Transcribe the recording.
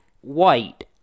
white